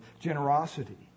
Generosity